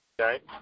Okay